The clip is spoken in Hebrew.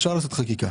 אפשר לעשות חקיקה.